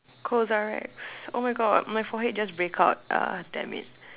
CosRX oh my God my forehead just break out ah damn it